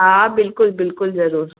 हा बिल्कुलु बिल्कुलु ज़रूरु